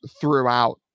throughout